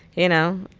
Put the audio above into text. you know,